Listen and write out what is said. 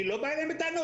אני לא בא אליהם בטענות,